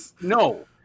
No